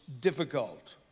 difficult